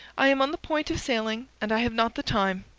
i am on the point of sailing and i have not the time.